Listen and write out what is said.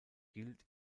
gilt